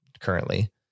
currently